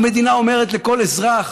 המדינה אומרת לכל אזרח